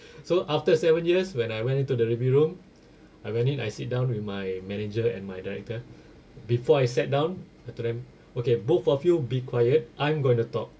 so after seven years when I went into the living room I went in I sit down with my manager and my director before I sat down I told them okay both of you be quiet I'm going to talk